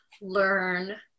learn